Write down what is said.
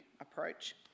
approach